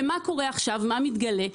ומה מתגלה?